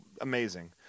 amazing